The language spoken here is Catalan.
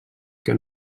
que